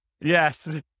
yes